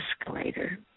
escalator